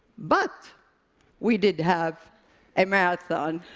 but we did have a marathon.